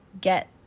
get